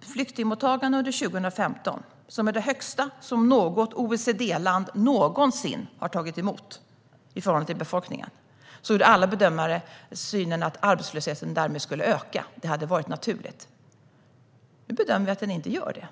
ett flyktingmottagande under 2015 som är det högsta som något OECD-land någonsin har haft i förhållande till befolkningen, skulle öka. Det hade varit naturligt. Nu bedömer vi dock att den inte gör det.